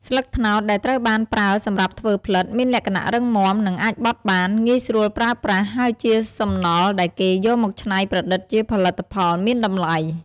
ស្លឹកត្នោតដែលត្រូវបានប្រើសម្រាប់ធ្វើផ្លិត មានលក្ខណៈរឹងមាំ និងអាចបត់បាន ងាយស្រួលប្រើប្រាស់ ហើយជាសំណល់ដែលគេយកមកច្នៃប្រឌិតជាផលិត ផលមានតម្លៃ។